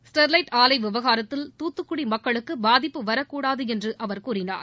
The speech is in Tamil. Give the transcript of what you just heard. ஸ்டெர்லைட் ஆலை விவகாரத்தில் தூத்துக்குடி மக்களுக்கு பாதிப்பு வரக்கூடாது என்று அவர் கூறினார்